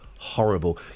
horrible